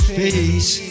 face